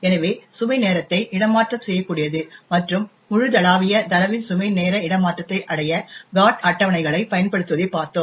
எனவே சுமை நேரத்தை இடமாற்றம் செய்யக்கூடியது மற்றும் முழுதளாவிய தரவின் சுமை நேர இடமாற்றத்தை அடைய GOT அட்டவணைகளைப் பயன்படுத்துவதைப் பார்த்தோம்